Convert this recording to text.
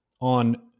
on